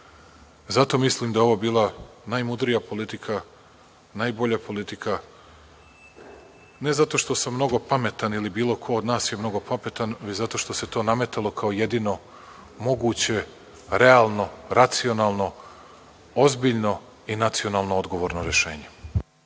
mislim da je ovo bila najmudrija politika, najbolja politika, ne zato što sam mnogo pametan ili bilo ko od nas je mnogo pametan, već zato što se to nametalo kao jedino moguće, realno, racionalno, ozbiljno i nacionalno odgovorno rešenje.